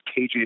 kj